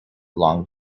long